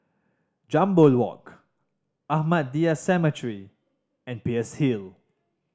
Jambol Walk Ahmadiyya Cemetery and Peirce Hill